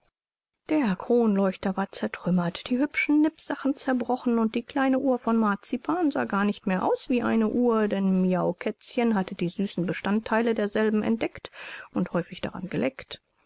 der kronleuchter war zertrümmert die hübschen nippsachen zerbrochen und die kleine uhr von marzipan sah gar nicht mehr aus wie eine uhr denn miaukätzchen hatte die süßen bestandtheile derselben entdeckt und häufig daran geleckt